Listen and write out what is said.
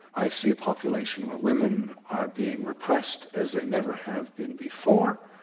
i see a population where women are being repressed as they never have been before.